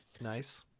Nice